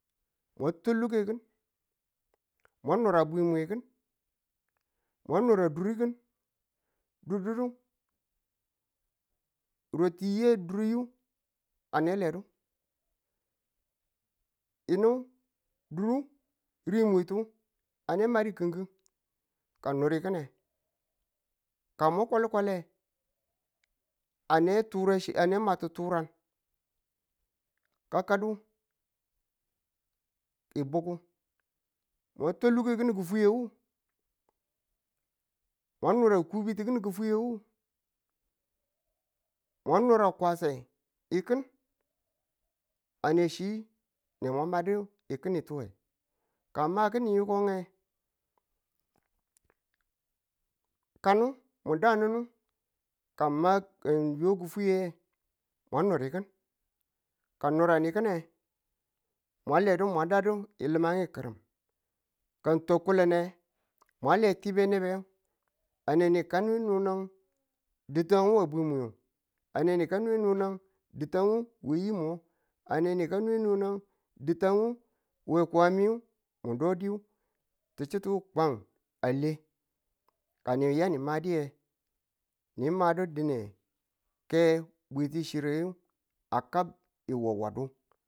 Mwa twa luke ki̱n, mwa nura bwi kin, mwa nura duri kin, durdudu roti ye dur nge a ne ledu yinu duru rimwin ti ane madu ki̱nki̱n ka ng nur ki̱n ne. ka mwa kwalukwale ane ma du turang ka kadi̱ ng bugku mwa twa luke ng ti ki̱fwiye wu, mwa nura kubitu ki̱n kɪfwiyewu, mwa nura kwase eii kin. a ne chi nemwa ma ti kini ki̱n we. ka ng ma kini yiko nge, kanu mu dannu ka ng yo ki̱fwiye mwa nuri ki̱n ka ng nura ni ki̱n ne, mwa le du mwa dadu ng limangu gi̱ri̱m ka ng twa kulin nge, mwa le tibe nibe a ne ni ka ne nuna dutwa we bwimu ane ni ka nwe nuna dutwang nu we bwimu a ne ni ka nwe nunadutwang we yi mo, a ne ni ka nwe nunang dutwangu we kuwami ngu mu dodu chitu kwan a le, ka yeni madu yin nge ke bwiti chirre a kabi wawadu tu.